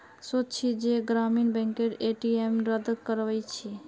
सोच छि जे ग्रामीण बैंकेर ए.टी.एम रद्द करवइ दी